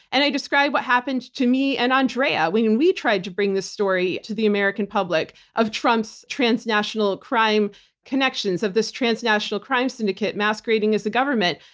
and i described what happened to me and andrea when we tried to bring this story to the american public of trump's transnational crime connections, of this transnational crime syndicate masquerading as a government.